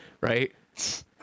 right